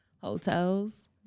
Hotels